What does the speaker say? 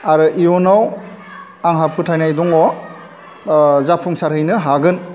आरो इयुनाव आंहा फोथायनाय दङ जाफुंसारहैनो हागोन